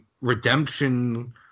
redemption